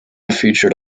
featured